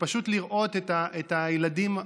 ופשוט לראות את הילדים,